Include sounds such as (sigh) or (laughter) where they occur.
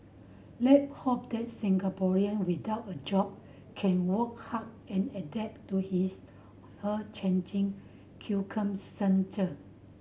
let's hope that Singaporean without a job can work hard and adapt to his or changing (unintelligible)